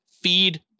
feed